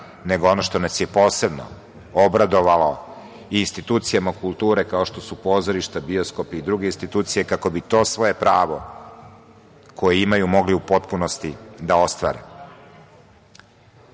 nego ono što nas je posebno obradovalo i institucijama kulture, kao što su pozorišta, bioskopi i druge institucije, kako bi to svoje pravo koje imaju mogli u potpunosti da ostvare.Dešava